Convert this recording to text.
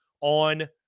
on